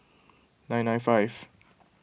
nine nine five